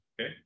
okay